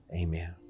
amen